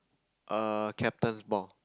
err captain's ball